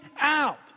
out